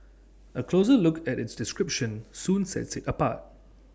A closer look at its description soon sets IT apart